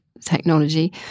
technology